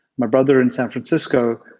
my brother in san francisco,